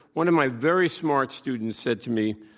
one of my very smart students said to me,